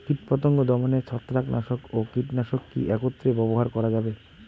কীটপতঙ্গ দমনে ছত্রাকনাশক ও কীটনাশক কী একত্রে ব্যবহার করা যাবে?